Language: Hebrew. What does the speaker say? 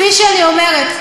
כפי שאני אומרת,